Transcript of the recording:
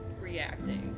reacting